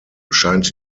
scheint